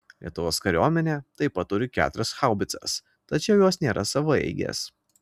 lietuvos kariuomenė taip pat turi keturias haubicas tačiau jos nėra savaeigės